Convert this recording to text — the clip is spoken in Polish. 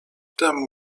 temu